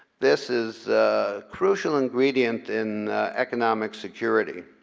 this is crucial ingredient in economic security.